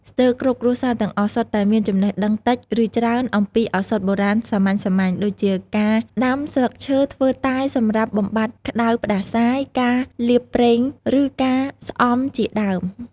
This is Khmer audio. ស្ទើរគ្រប់គ្រួសារទាំងអស់ សុទ្ធតែមានចំណេះដឹងតិច ឬច្រើនអំពីឱសថបុរាណសាមញ្ញៗ ដូចជាការដាំស្លឹកឈើធ្វើតែសម្រាប់បំបាត់ក្ដៅផ្ដាសាយ ការលាបប្រេង ឬការស្អំជាដើម។